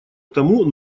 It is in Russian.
тому